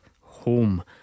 home